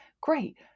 great